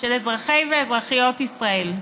של אזרחי ואזרחיות ישראל.